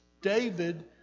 David